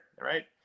right